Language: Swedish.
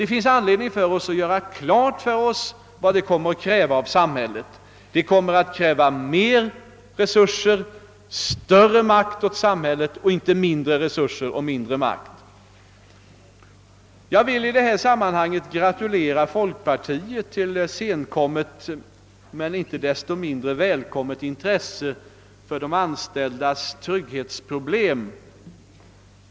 Det finns anledning för oss att göra klart för oss vad detta kommer att kräva av samhället: det kommer att kräva större resurser, mer makt åt samhället — och inte mindre resurser och mindre makt. Jag vill i detta sammanhang gratulera folkpartiet till senkommet men inte desto mindre välkommet intresse för de anställdas trygghetsproblem.